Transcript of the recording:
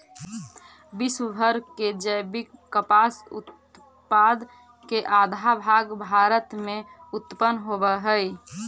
विश्व भर के जैविक कपास उत्पाद के आधा भाग भारत में उत्पन होवऽ हई